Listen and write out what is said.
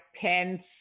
Pence